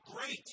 great